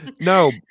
No